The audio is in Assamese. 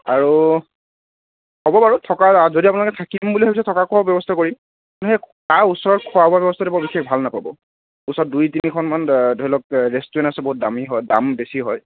আৰু হ'ব বাৰু থকাৰ যদি আপোনালোকে থাকিম বুলি ভাবিছে থকা খোৱাৰো ব্যৱস্থা কৰিম তাৰ ওচৰত খোৱা বোৱাৰ ব্যৱস্থাটো বৰ বিশেষ ভাল নাপাব ওচৰত দুই তিনিখনমান ধৰি লওক ৰেষ্টুৰেণ্ট আছে বহুত দামী হয় দাম বেছি হয়